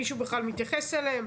מישהו בכלל מתייחס אליהם.